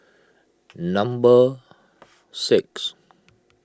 number six